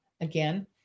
again